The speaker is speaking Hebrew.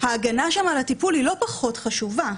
ההגנה שם על הטיפול היא לא פחות חשובה.